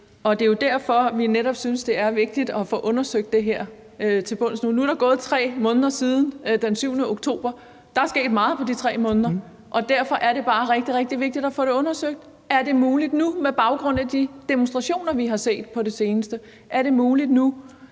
også derfor, vi synes, det er vigtigt at få undersøgt det her til bunds. Nu er der gået 3 måneder siden den 7. oktober, og der er sket meget på de 3 måneder, og derfor er det bare rigtig, rigtig vigtigt at få det undersøgt. Er det muligt med baggrund i de demonstrationer, vi har set på det seneste, nu at kunne